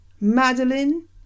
madeline